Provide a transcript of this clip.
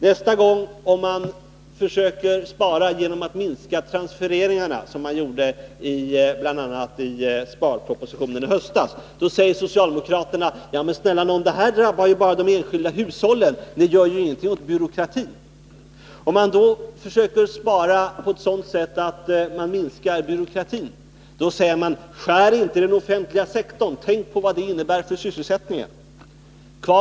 När regeringen försöker spara genom att minska transfereringarna, som man bl.a. gjorde i sparpropositionen i höstas, då säger socialdemokraterna: Snälla någon, det här drabbar bara de enskilda hushållen. Ni gör ju ingenting åt byråkratin! När därefter regeringen försöker spara genom att minska byråkratin, då säger socialdemokraterna: Skär inte ned på den offentliga sektorn! Tänk på vad det innebär för sysselsättningen!